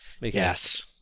Yes